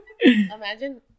Imagine